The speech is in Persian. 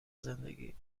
زندگی